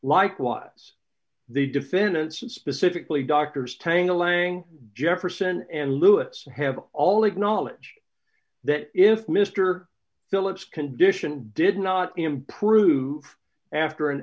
likewise the defendants and specifically doctors tangle laying jefferson and lewis have all acknowledge that if mr phillips condition did not improve after an